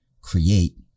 create